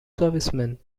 servicemen